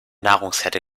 nahrungskette